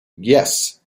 yes